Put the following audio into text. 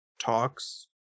talks